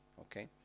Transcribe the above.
okay